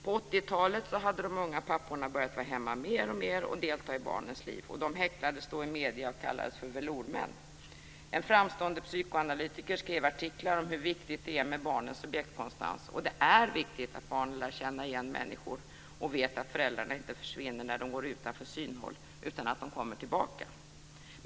På 80-talet hade de unga papporna börjat vara hemma mer och mer och delta i barnens liv. De häcklades då i medierna och kallades för velourmän. En framstående psykoanalytiker skrev artiklar om hur viktigt det är med barnens objektkonstans. Och det är viktigt att barnen lär sig känna igen människor och vet att föräldrarna inte försvinner när de går utanför synhåll, utan att de kommer tillbaka.